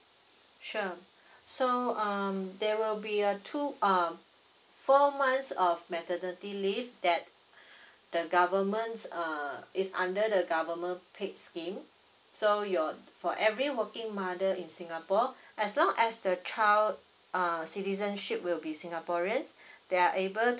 sure so um there will be a two uh four months of maternity leave that the government's uh it's under the government paid scheme so your for every working mother in singapore as long as the child err citizenship will be singaporeans they are able to